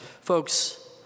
Folks